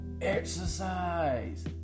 Exercise